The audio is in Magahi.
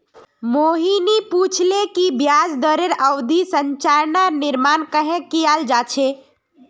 मोहिनी पूछले कि ब्याज दरेर अवधि संरचनार निर्माण कँहे कियाल जा छे